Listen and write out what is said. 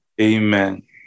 Amen